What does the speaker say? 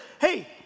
Hey